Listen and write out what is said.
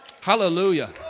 Hallelujah